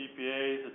CPAs